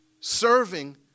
serving